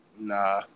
Nah